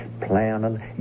planning